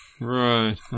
Right